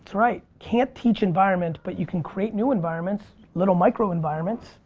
right, can't teach environment, but you can create new environments, little micro environments,